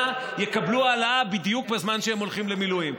יקבלו העלאה בדיוק בזמן שהם הולכים למילואים,